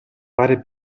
fare